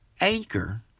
Anchor